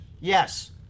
Yes